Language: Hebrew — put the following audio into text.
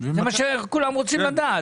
זה מה שכולם רוצים לדעת,